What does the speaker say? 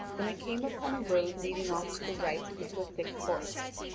when i came upon a road leading off to the right into a thick forest.